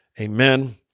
Amen